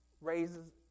raises